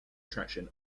attraction